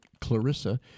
Clarissa